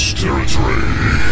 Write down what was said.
territory